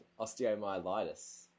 osteomyelitis